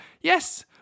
yes